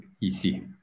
ici